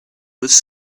was